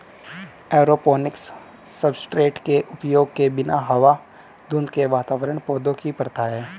aeroponics substrate के उपयोग के बिना हवा धुंध के वातावरण पौधों की प्रथा है